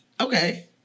okay